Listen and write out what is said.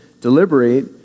deliberate